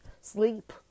sleep